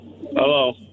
Hello